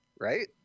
right